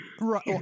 right